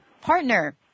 partner